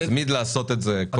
הוא מתמיד לעשות את זה בכל דיון.